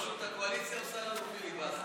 עזוב, פשוט הקואליציה עושה לנו פיליבסטר,